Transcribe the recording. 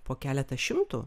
po keletą šimtų